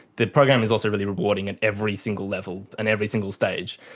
the program is also really rewarding at every single level and every single stage.